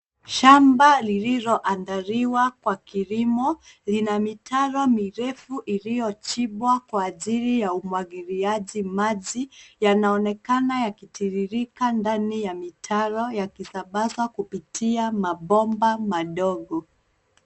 Shamba lililoandaliwa kwa kilimo lina mitaro mirefu iliyochimbwa kwa ajili ya umwagiliaji maji. Yanaonekana yakitiririka ndani ya mitaro yakisambaza kupitia mabomba madogo.